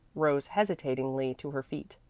rose hesitatingly to her feet.